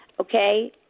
Okay